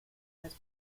has